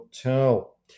tell